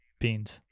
beans